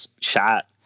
shot